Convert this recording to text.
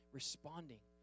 responding